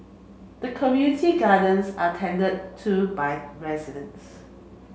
the community gardens are tended to by residents